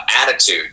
attitude